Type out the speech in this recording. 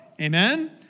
Amen